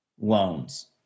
loans